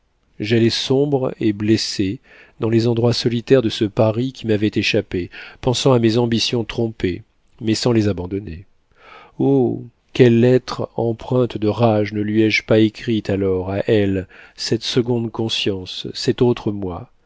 j'allais sombre et blessé dans les endroits solitaires de ce paris qui m'avait échappé pensant à mes ambitions trompées mais sans les abandonner oh quelles lettres empreintes de rage ne lui ai-je pas écrites alors à elle cette seconde conscience cet autre moi